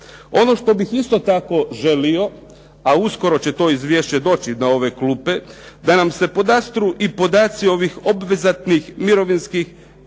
Ono što bih isto tako želio, a uskoro će to izvješće doći na ove klupe, da nam se podastru i podaci ovih obvezatnih mirovinskih